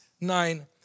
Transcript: nine